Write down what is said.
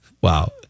Wow